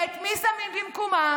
ואת מי שמים במקומם?